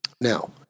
Now